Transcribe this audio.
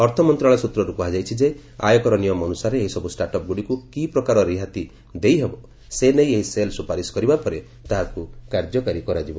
ଅର୍ଥମନ୍ତ୍ରଶାଳୟ ସୂତ୍ରରୁ କୁହାଯାଇଛି ଯେ ଆୟକର ନିୟମ ଅନୁସାରେ ଏହିସବୁ ଷ୍ଟାଟ୍ଅପ୍ଗୁଡ଼ିକୁ କିପ୍ରକାର ରିଆତି ଦେଇହେବ ସେନେଇ ଏହି ସେଲ୍ ସୁପାରିଶ କରିବା ପରେ ତାହାକୁ କାର୍ଯ୍ୟକାରୀ କରାଯିବ